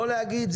לא להגיד,